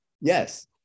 Yes